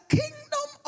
kingdom